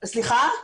סליחה?